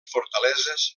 fortaleses